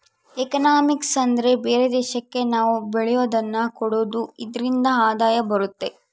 economics ಅಂದ್ರೆ ಬೇರೆ ದೇಶಕ್ಕೆ ನಾವ್ ಬೆಳೆಯೋದನ್ನ ಕೊಡೋದು ಇದ್ರಿಂದ ಆದಾಯ ಬರುತ್ತೆ